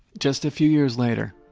just a few years later,